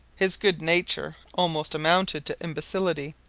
his good nature almost amounted to imbecility